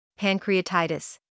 Pancreatitis